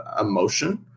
emotion